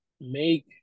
make